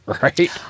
right